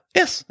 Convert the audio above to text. yes